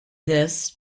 this